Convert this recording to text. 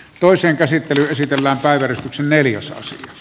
toisen käsittely pysytellä vain neljäsosan